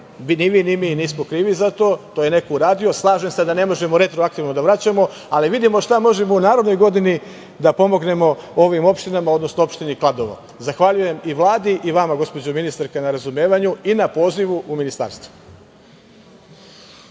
ni mi, ni vi nismo krivi za to. To je neko uradio. Slažem se da ne možemo retroaktivno da vraćamo, ali vidimo šta možemo u narednoj godini da pomognemo ovim opštinama, odnosno opštini Kladovo. Zahvaljujem i Vladi i vama, gospođo ministarka, na razumevanju i na pozivu u ministarstvo.